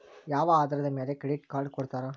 ಯಾವ ಆಧಾರದ ಮ್ಯಾಲೆ ಕ್ರೆಡಿಟ್ ಕಾರ್ಡ್ ಕೊಡ್ತಾರ?